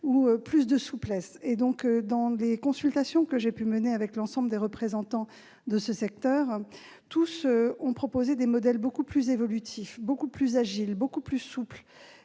donc plus de souplesse. Lors des consultations que j'ai pu mener avec l'ensemble des représentants de ce secteur, tous ont proposé des modèles beaucoup plus évolutifs, plus agiles, plus souples.